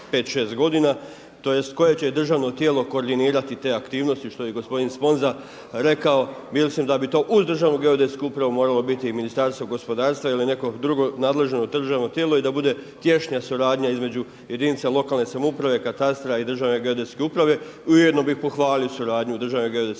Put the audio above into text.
5, 6 godina tj. koje će državno tijelo koordinirati te aktivnosti što je i gospodin Sponza rekao. Mislim da bi to uz Državnu geodetsku upravu moralo biti i Ministarstvo gospodarstva ili neko drugo nadležno državno tijelo i da bude tješnja suradnja između jedinica lokalne samouprave, katastra i Državne geodetske uprave. Ujedno bih i pohvalio suradnju Državne geodetske uprave